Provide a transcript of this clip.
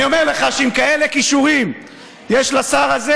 אני אומר לך שאם כאלה כישורים יש לשר הזה,